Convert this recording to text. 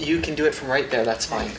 you can do it from right there that's fine